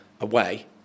away